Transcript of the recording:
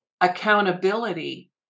accountability